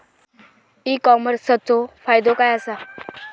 E कॉमर्सचो फायदो काय असा?